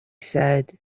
said